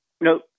No